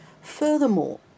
Furthermore